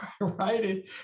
right